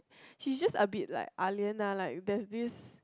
she just a bit like Ah Lian ah like there's this